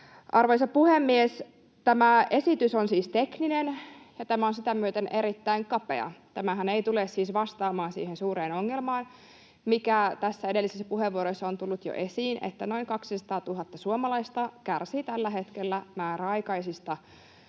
Arvoisa puhemies! Tämä esitys on siis tekninen, ja tämä on sitä myöten erittäin kapea. Tämähän ei tule siis vastaamaan siihen suureen ongelmaan, mikä tässä edellisissä puheenvuoroissa on tullut jo esiin, että noin 200 000 suomalaista kärsii tällä hetkellä määräaikaisista